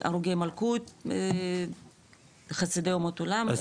הרוגי מלכות וחסידי אומות עולם.